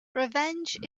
revenge